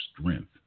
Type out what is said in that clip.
strength